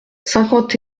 cinquante